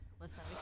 listen